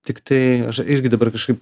tiktai aš irgi dabar kažkaip